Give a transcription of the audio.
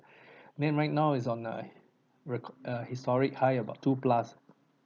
then right now is on a rec~ uh historic high about two plus